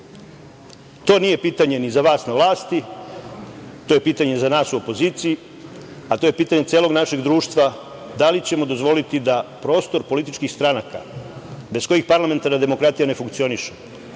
nije pitanje za vas na vlasti, to je pitanje za nas u opoziciji, a to je pitanje celog našeg društva da li ćemo dozvoliti da prostor političkih stranaka, bez kojih parlamentarna demokratija ne funkcioniše,